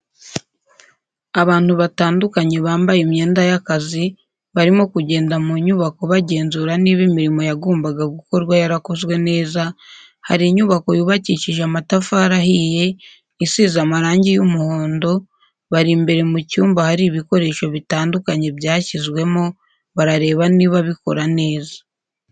Abantu batandukanye bambaye imyenda y'akazi, barimo kugenda mu nyubako bagenzura niba imirimo yagombaga gukorwa yarakozwe neza, hari inyubako yubakishije amatafari ahiye, isize amarangi y'umuhondo, bari imbere mu cyumba ahari ibikoresho bitandukanye byashyizwemo, barareba niba bikora neza.